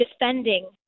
defending